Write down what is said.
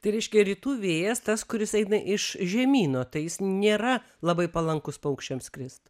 tai reiškia rytų vėjas tas kuris eina iš žemyno tai jis nėra labai palankus paukščiam skrist